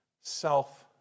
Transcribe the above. self